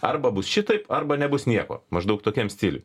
arba bus šitaip arba nebus nieko maždaug tokiam stiliuj